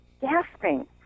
gasping